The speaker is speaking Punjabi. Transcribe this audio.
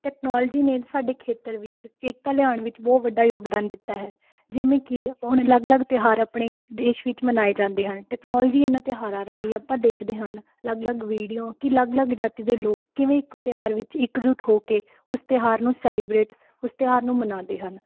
ਟੈਕਨੋਲੋਜੀ ਨੇ ਸਾਡੇ ਖੇਤਰ ਵਿੱਚ ਏਕਤਾ ਲਿਆਉਣ ਵਿੱਚ ਬਹੁਤ ਵੱਡਾ ਯੋਗਦਾਨ ਦਿੱਤਾ ਹੈ ਜਿਵੇਂ ਕਿ ਹੁਣ ਅਲੱਗ ਅਲੱਗ ਤਿਉਹਾਰ ਆਪਣੇ ਦੇਸ਼ ਵਿੱਚ ਮਨਾਏ ਜਾਂਦੇ ਹਨ ਟੈਕਨੋਲੋਜੀ ਇਹਨਾਂ ਤਿਉਹਾਰਾਂ ਰਾਹੀਂ ਆਪਾਂ ਦੇਖਦੇ ਹਨ ਅਲੱਗ ਅਲੱਗ ਵੀਡੀਓ ਕਿ ਅਲੱਗ ਅਲੱਗ ਜਾਤੀ ਦੇ ਲੋਕ ਕਿਵੇਂ ਇੱਕੋ ਤਿਉਹਾਰ ਵਿੱਚ ਇੱਕ ਜੁੱਟ ਹੋ ਕੇ ਉਸ ਤਿਉਹਾਰ ਨੂੰ ਸੈਲੀਬ੍ਰੇਟ ਉਸ ਤਿਉਹਾਰ ਨੂੰ ਮਨਾਉਂਦੇ ਹਨ